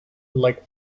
like